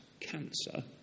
cancer